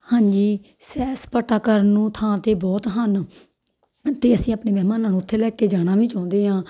ਹਾਂਜੀ ਸੈਰ ਸਪਾਟਾ ਕਰਨ ਨੂੰ ਥਾਂ ਤਾਂ ਬਹੁਤ ਹਨ ਅਤੇ ਅਸੀਂ ਆਪਣੇ ਮਹਿਮਾਨਾਂ ਨੂੰ ਉੱਥੇ ਲੈ ਕੇ ਜਾਣਾ ਵੀ ਚਾਹੁੰਦੇ ਹਾਂ